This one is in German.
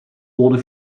wurde